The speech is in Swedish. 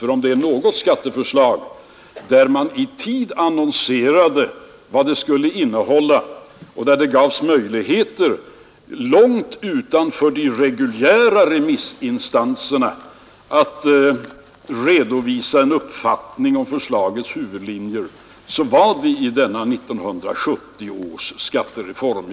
Om vi någonsin presenterat ett skatteförslag där vi i tid har annonserat vad det skulle komma att innehålla och där vi givit många fler än de reguljära remissinstanserna tillfälle att redovisa en uppfattning om förslagets huvudlinjer, så var det vid 1970 års skattereform.